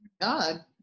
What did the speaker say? God